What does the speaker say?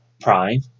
Prime